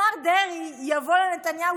השר דרעי יבוא לנתניהו,